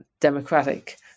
democratic